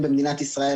אם האתר יאושר.